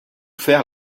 faire